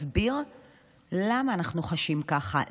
מסביר למה אנחנו חשים ככה.